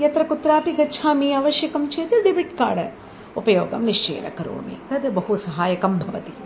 यत्रकुत्रापि गच्छामि आवश्यकं चेत् डेबिट् कार्ड् उपयोगं निश्चयेन करोमि तद् बहु सहायकं भवति